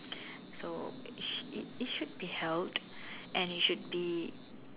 so it sh~ it should be held and it should be